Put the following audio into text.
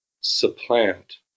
supplant